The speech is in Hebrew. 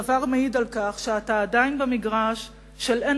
הדבר מעיד על כך שאתה עדיין במגרש של אין